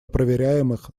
проверяемых